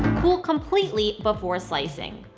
cool completely before slicing.